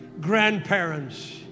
grandparents